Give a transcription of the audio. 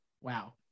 wow